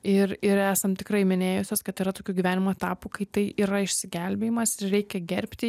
ir ir esam tikrai minėjusios kad yra tokių gyvenimo etapų kai tai yra išsigelbėjimas ir reikia gerbti